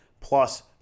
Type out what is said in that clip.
plus